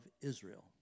Israel